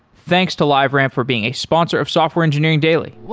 thanks to liveramp for being a sponsor of software engineering daily